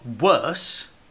worse